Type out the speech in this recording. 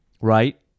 Right